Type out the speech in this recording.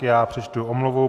Já přečtu omluvu.